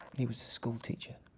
he was a school teacher.